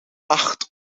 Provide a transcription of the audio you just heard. acht